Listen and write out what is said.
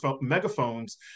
megaphones